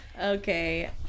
Okay